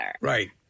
Right